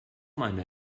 meine